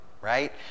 right